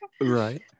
Right